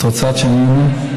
את רוצה שאני אענה?